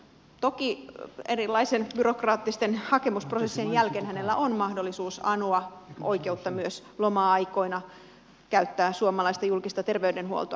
toki erilaisten byrokraattisten hakemusprosessien jälkeen hänellä on mahdollisuus anoa oikeutta myös loma aikoina käyttää suomalaista julkista terveydenhuoltoa